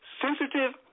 sensitive